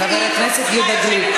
חבר הכנסת יהודה גליק,